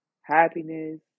happiness